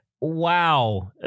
wow